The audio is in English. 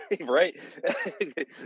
right